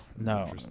no